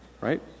right